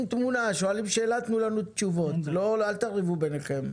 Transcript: שואלים שאלה תנו לנו תשובות, לא אל תריבו ביניכם,